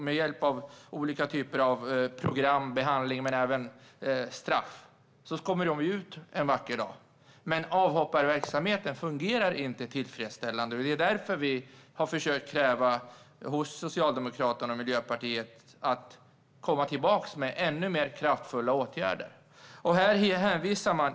Med hjälp av olika typer av program, behandlingar och straff kommer de ut en vacker dag. Men avhopparverksamheten fungerar inte tillfredsställande. Det är därför som vi har försökt kräva att Socialdemokraterna och Miljöpartiet ska komma tillbaka med ännu mer kraftfulla åtgärder.